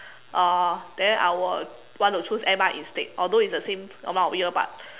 uh then I will want to choose M_I instead although it's the same amount of year but